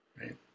right